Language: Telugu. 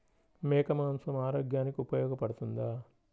మేక మాంసం ఆరోగ్యానికి ఉపయోగపడుతుందా?